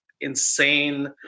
insane